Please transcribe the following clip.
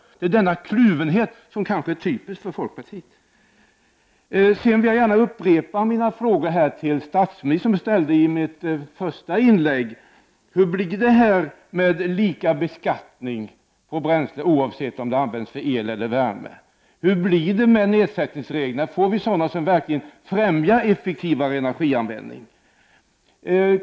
Denna kluvenhet är typisk för folkpartiet. Jag vill gärna upprepa de frågor jag ställde i mitt första inlägg till statsministern. Hur blir det med lika beskattning på bränsle, oavsett om det används för el eller värme? Hur blir det med nedsättningsreglerna? Kommer de verkligen att främja effektivare energianvändning?